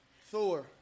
Thor